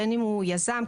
בין אם הוא יזם,